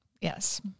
Yes